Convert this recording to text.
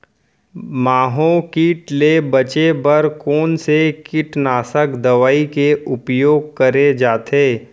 माहो किट ले बचे बर कोन से कीटनाशक दवई के उपयोग करे जाथे?